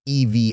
EV